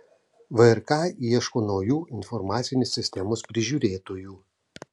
vrk ieško naujų informacinės sistemos prižiūrėtojų